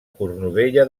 cornudella